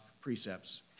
precepts